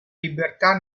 libertà